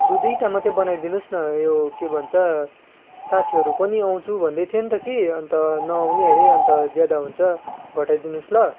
दुई दुईवटा मात्रै बनाइदिनुहोस् न यो के भन्छ साथिहरू पनि आउँछु भन्दै थियो नि त कि अन्त नआउने अरे अन्त ज्यादा हुन्छ घटाइदिनुहोस् ल